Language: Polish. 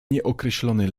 nieokreślony